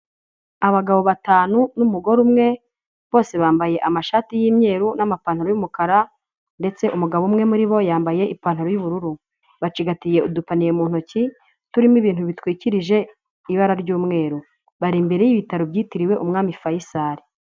Abagabo batanu n'umugore umwe, bose bambaye amashati y'imyeru n'amapantaro y'umukara, ndetse umugabo umwe muri bo yambaye ipantaro bururu. Bacigatiye udupaniye mu ntoki, turimo ibintu bitwikirije ibara ry'umweru. Bari imbere y'ibitaro byitiriwe Umwami Faisal.